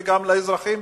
וגם לאזרחים